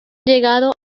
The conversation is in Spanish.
llegado